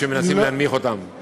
שמנסים להנמיך אותם.